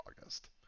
August